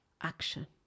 action